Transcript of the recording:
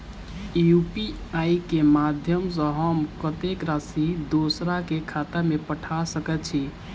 UPI केँ माध्यम सँ हम कत्तेक राशि दोसर केँ खाता मे पठा सकैत छी?